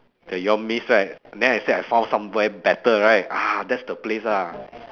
that you all miss right then I say I found somewhere better right ah that's the place lah